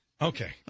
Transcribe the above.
Okay